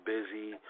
Busy